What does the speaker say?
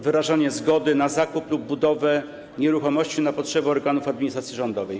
Wyrażanie zgody na zakup lub budowę nieruchomości na potrzeby organów administracji rządowej.